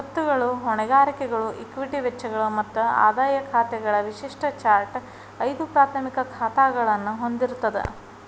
ಸ್ವತ್ತುಗಳು, ಹೊಣೆಗಾರಿಕೆಗಳು, ಇಕ್ವಿಟಿ ವೆಚ್ಚಗಳು ಮತ್ತ ಆದಾಯ ಖಾತೆಗಳ ವಿಶಿಷ್ಟ ಚಾರ್ಟ್ ಐದು ಪ್ರಾಥಮಿಕ ಖಾತಾಗಳನ್ನ ಹೊಂದಿರ್ತದ